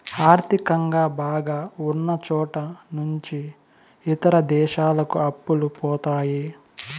ఆర్థికంగా బాగా ఉన్నచోట నుంచి ఇతర దేశాలకు అప్పులు పోతాయి